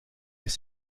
les